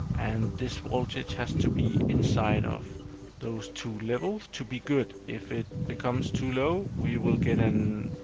and this voltage has to be inside of those two levels to be good. if it becomes too low, we will get and